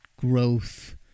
growth